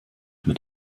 mit